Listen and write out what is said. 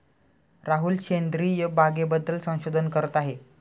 राहुल सेंद्रिय बागेबद्दल संशोधन करत आहे